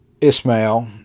Ismail